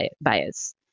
bias